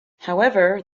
however